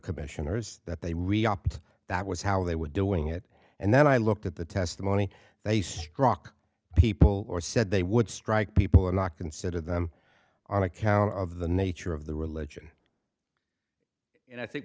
commissioners that they reopened that was how they were doing it and then i looked at the testimony they struck people or said they would strike people or not consider them on account of the nature of the religion and i think